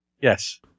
Yes